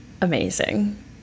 amazing